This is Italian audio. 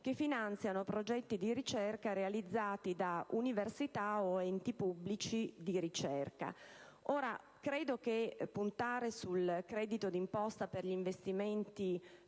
che finanzino progetti di ricerca realizzati da università o enti pubblici di ricerca. Credo che puntare sul credito d'imposta per gli investimenti